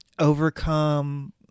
overcome